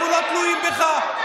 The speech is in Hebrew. אנחנו לא תלויים בך.